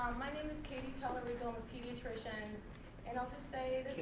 my name is katy talerico, i'm a pediatrician and i'll just say